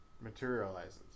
materializes